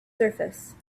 surface